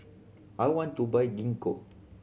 I want to buy Gingko